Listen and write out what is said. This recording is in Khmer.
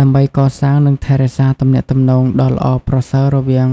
ដើម្បីកសាង និងថែរក្សាទំនាក់ទំនងដ៏ល្អប្រសើររវាង